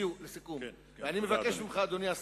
אדוני השר,